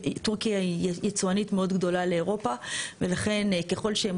טורקיה היא יצואנית מאוד גדולה לאירופה ולכן ככל שהם